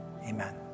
Amen